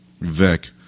Vic